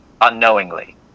unknowingly